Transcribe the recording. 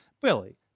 billy